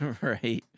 Right